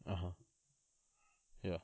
(uh huh) ya